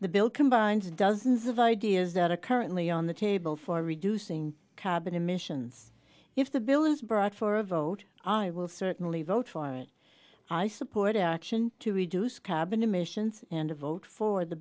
the bill combines dozens of ideas that are currently on the table for reducing carbon emissions if the bill is brought for a vote i will certainly vote for it i support action to reduce carbon emissions and a vote for the